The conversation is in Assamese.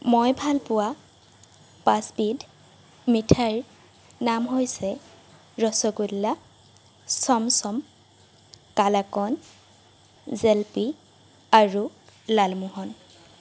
মই ভাল পোৱা পাঁচবিধ মিঠাইৰ নাম হৈছে ৰসগোল্লা চমচম কালাকন্দ জিলাপি আৰু লালমোহন